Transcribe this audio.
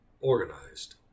organized